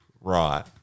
Right